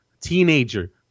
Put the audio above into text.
teenager